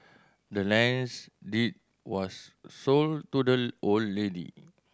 the land's deed was sold to the old lady